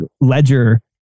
Ledger